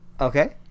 okay